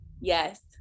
yes